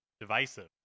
divisive